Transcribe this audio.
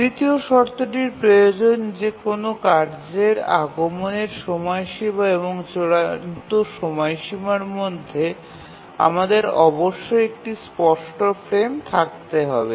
তৃতীয় শর্তটির প্রয়োজন যে কোনও কার্যের আগমনের সময়সীমা এবং চূড়ান্ত সময়সীমার মধ্যে আমাদের অবশ্যই একটি স্পষ্ট ফ্রেম থাকতে হবে